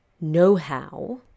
know-how